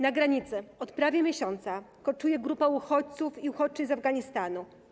Na granicy od prawie miesiąca koczuje grupa uchodźców i uchodźczyń z Afganistanu.